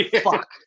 Fuck